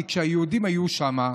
כי כשהיהודים היו שם,